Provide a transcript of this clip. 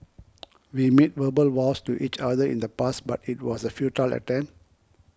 we made verbal vows to each other in the past but it was a futile attempt